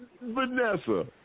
Vanessa